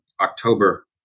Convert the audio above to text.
October